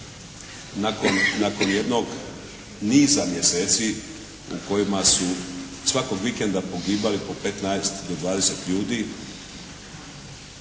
nakon jednog niza mjeseci u kojima su svakog vikenda pogibali po 15 do 20 ljudi,